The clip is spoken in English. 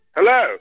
Hello